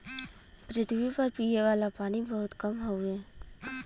पृथवी पर पिए वाला पानी बहुत कम हउवे